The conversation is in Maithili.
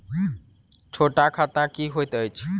छोट खाता की होइत अछि